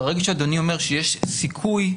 ברגע שאדוני אומר שיש סיכוי,